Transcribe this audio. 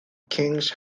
kings